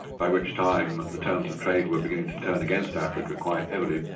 by which time the terms of trade were beginning to turn against africa quite heavily,